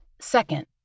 Second